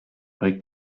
rue